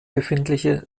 befindliche